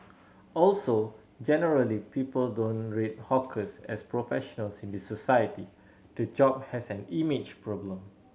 also generally people don't rate hawkers as professionals in the society the job has an image problem